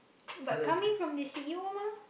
but coming from the C_E_O mah